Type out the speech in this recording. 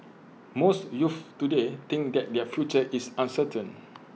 most youths today think that their future is uncertain